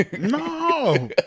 No